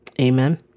Amen